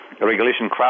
regulation